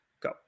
go